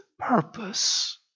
purpose